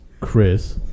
Chris